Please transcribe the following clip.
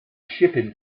shipping